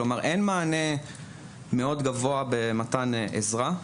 כלומר, אין מענה גבוה מאוד במתן עזרה,